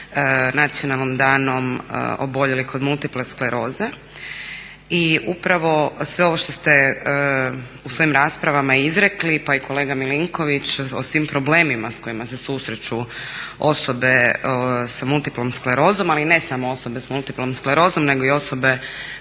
nacionalnim danom oboljelih od multiple skleroze. I upravo sve ovo što ste u svojim raspravama izrekli pa i kolega Milinković o svim problemima s kojima se susreću osobe s multiplom sklerozom, ali ne samo osobe s multiplom sklerozom nego i osobe